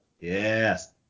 yes